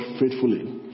faithfully